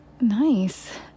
Nice